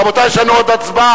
רבותי, יש לנו עוד הצבעה.